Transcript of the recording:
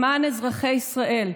למען אזרחי ישראל,